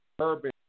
urban